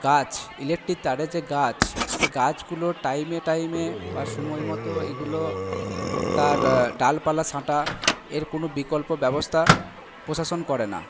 গাছ ইলেকট্রিক তারে যে গাছ সে গাছগুলো টাইমে টাইমে বা সময় মতো এগুলো তার ডালপালা ছাঁটা এর কোনো বিকল্প ব্যবস্থা প্রশাসন করে না